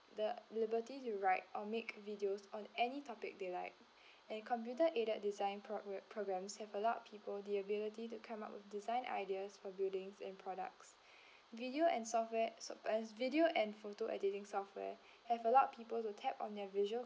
the liberty to ride or make videos on any topic they like and computer aided design prog~ programs have allowed people the ability to come up with design ideas for buildings and products video and software so as video and photo editing software have allowed people to tap on their visual